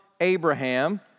Abraham